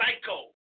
psycho